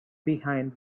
behind